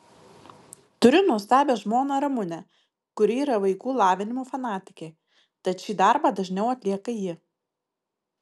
turiu nuostabią žmoną ramunę kuri yra vaikų lavinimo fanatikė tad šį darbą dažniau atlieka ji